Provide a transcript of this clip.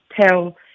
tell